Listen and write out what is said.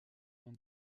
dans